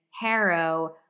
Harrow